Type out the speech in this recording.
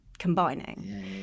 Combining